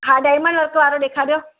हा diamond work वारो ॾेखारियो